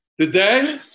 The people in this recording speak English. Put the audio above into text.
today